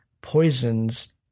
poisons